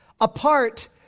apart